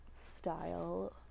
style